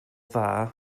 dda